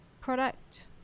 product